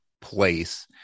place